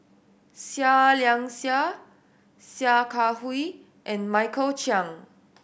Seah Liang Seah Sia Kah Hui and Michael Chiang